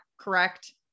correct